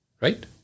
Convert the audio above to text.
Right